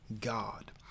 God